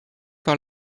par